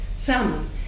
salmon